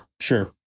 sure